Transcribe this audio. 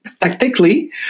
tactically